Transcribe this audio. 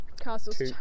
Castle's